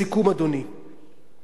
אדוני, לסיכום: